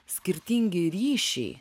skirtingi ryšiai